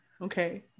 Okay